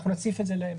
אנחנו נציף את זה בהמשך,